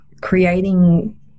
creating